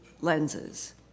lenses